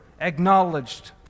acknowledged